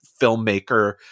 filmmaker